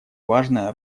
важная